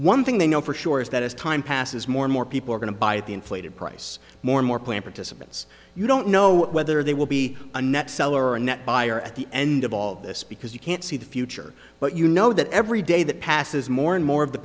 one thing they know for sure is that as time passes more and more people are going to buy the inflated price more and more plan participants you don't know whether they will be a net seller or a net buyer at the end of all of this because you can't see the future but you know that every day that passes more and more